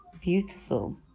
beautiful